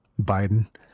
Biden